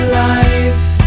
life